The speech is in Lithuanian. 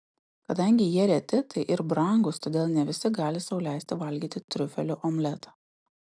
kadangi jie reti tai ir brangūs todėl ne visi gali sau leisti valgyti triufelių omletą